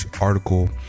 article